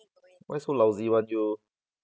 why so lousy [one] you